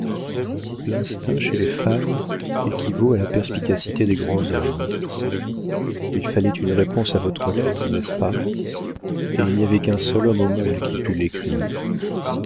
l'instinct chez les femmes équivaut à la perspicacité des grands hommes il fallait une réponse à votre lettre n'est-ce pas et il n'y avait qu'un seul homme au monde qui pût l'écrire